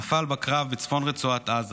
נפל בקרב בצפון רצועת עזה,